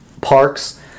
parks